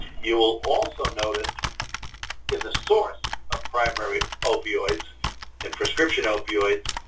you will also notice in the source of primary opioids and prescription opioids,